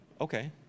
okay